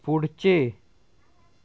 पुढचे